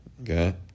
okay